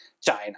China